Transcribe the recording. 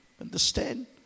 Understand